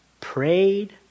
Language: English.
prayed